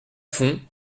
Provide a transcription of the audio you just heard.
font